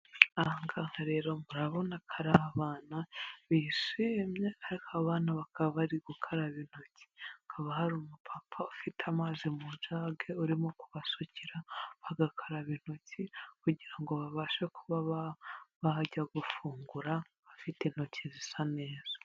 Aha ngaha rero murabona ko ari abana bisumye, ariko aba abana bakaba bari gukaraba intoki. Kaba hari umupapa ufite amazi mu jage urimo kubasukira bagakaraba intoki, kugira ngo babashe kuba bajya gufungura, bafite intoki zisa neza.